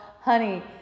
honey